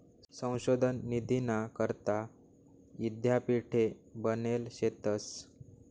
संशोधन निधीना करता यीद्यापीठे बनेल शेतंस